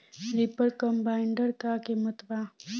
Reaper कम्बाइंडर का किमत बा?